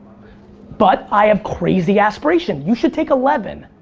but i have crazy aspiration. you should take eleven.